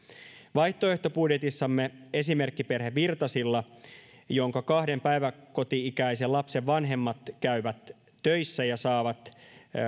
vaihtoehtobudjetissamme esimerkkiperhe virtasilla jonka kahden päiväkoti ikäisen lapsen vanhemmat käyvät töissä ja saavat